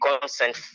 consent